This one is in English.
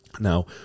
Now